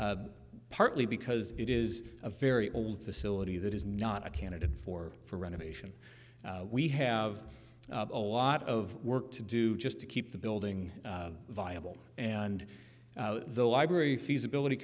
partly because it is a very old facility that is not a candidate for for renovation we have a lot of work to do just to keep the building viable and the library feasibility